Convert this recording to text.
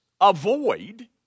avoid